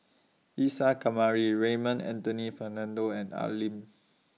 Isa Kamari Raymond Anthony Fernando and Al Lim